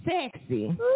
sexy